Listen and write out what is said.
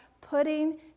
putting